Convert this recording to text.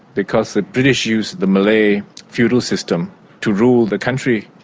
because the british used the malay feudal system to rule the country,